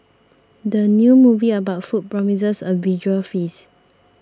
the new movie about food promises a visual feast